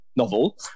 novel